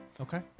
Okay